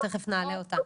תיכף נעלה אותה.